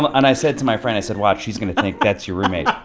ah and i said to my friend, i said, watch, she's going to think that's your roommate.